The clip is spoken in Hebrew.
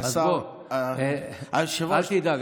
אז בוא, אל תדאג.